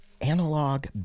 analog